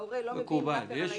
ההורה לא מבין מה קרה לילד,